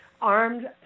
armed